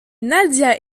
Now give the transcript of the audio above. nadia